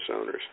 owners